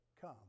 come